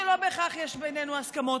שלא בהכרח יש בינינו הסכמות.